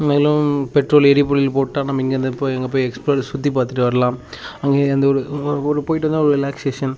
இருந்தாலும் பெட்ரோல் எரிப்பொருள் போட்டால் நம்ம இங்கேருந்து போய் அங்கே போய் எக்ஸ்ப்ளோரை சுற்றி பார்த்துட்டு வரலாம் அங்கையும் எந்தவொரு ஒரு போயிட்டு வந்தால் ஒரு ரிலாக்சேஷன்